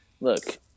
look